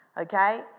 okay